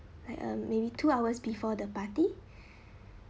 like uh maybe two hours before the party